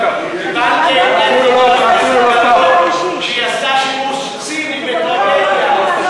הבנתי יפה מאוד שהיא עשתה שימוש ציני בטרגדיה.